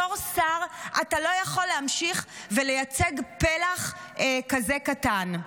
בתור שר אתה לא יכול להמשיך ולייצג פלח כזה קטן.